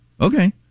Okay